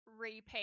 repeat